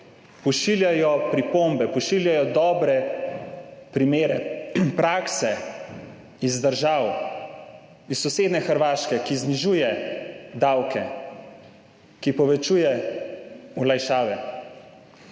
pošiljajo pripombe, pošiljajo dobre primere praks iz držav, iz sosednje Hrvaške, ki znižuje davke, ki povečuje olajšave.